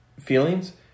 feelings